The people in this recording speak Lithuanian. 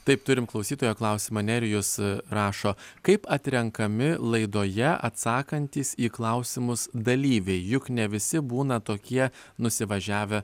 taip turim klausytojo klausimą nerijus rašo kaip atrenkami laidoje atsakantys į klausimus dalyviai juk ne visi būna tokie nusivažiavę